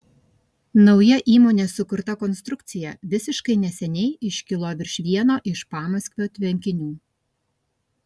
nauja įmonės sukurta konstrukcija visiškai neseniai iškilo virš vieno iš pamaskvio tvenkinių